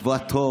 כדי לקבוע תור,